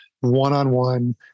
one-on-one